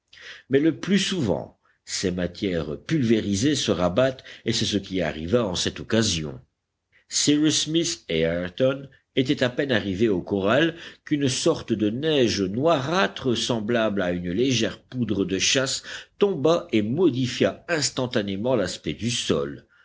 mais le plus souvent ces matières pulvérisées se rabattent et c'est ce qui arriva en cette occasion cyrus smith et ayrton étaient à peine arrivés au corral qu'une sorte de neige noirâtre semblable à une légère poudre de chasse tomba et modifia instantanément l'aspect du sol